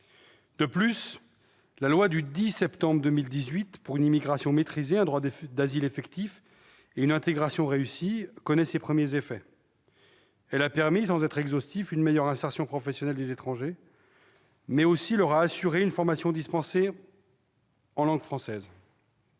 De plus, la loi du 10 septembre 2018 pour une immigration maîtrisée, un droit d'asile effectif et une intégration réussie produit ses premiers effets. Elle a permis, entre autres résultats, une meilleure insertion professionnelle des étrangers, auxquels elle assure une formation dispensée en langue française.